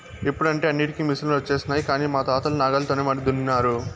ఇప్పుడంటే అన్నింటికీ మిసనులొచ్చినాయి కానీ మా తాతలు నాగలితోనే మడి దున్నినారు